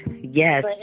Yes